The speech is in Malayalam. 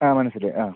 ആ മനസ്സിലായി ആ